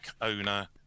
owner